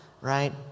right